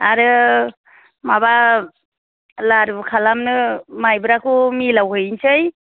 आरो माबा लारु खालामनो मायब्राखौ मिलाव हैनोसै